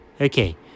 Okay